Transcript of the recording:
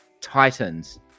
Titans